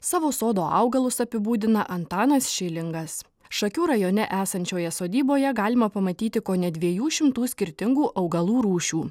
savo sodo augalus apibūdina antanas šilingas šakių rajone esančioje sodyboje galima pamatyti kone dviejų šimtų skirtingų augalų rūšių